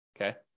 Okay